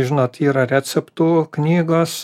žinot yra receptų knygos